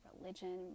religion